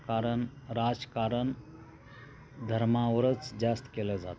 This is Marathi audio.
कारण राजकारन धर्मावरच जास्त केलं जातं